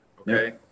Okay